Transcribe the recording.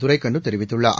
துரைக்கண்ணு தெரிவித்துள்ளார்